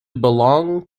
belonged